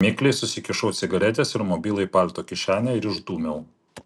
mikliai susikišau cigaretes ir mobilųjį į palto kišenę ir išdūmiau